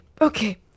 okay